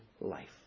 life